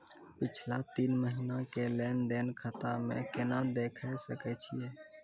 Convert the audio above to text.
पिछला तीन महिना के लेंन देंन खाता मे केना देखे सकय छियै?